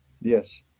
Yes